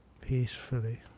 peacefully